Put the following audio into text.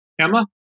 Emma